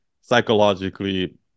psychologically